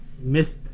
miss